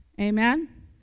amen